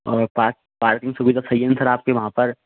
और park parking सुविधा सही है ना सर आपके वहाँ पर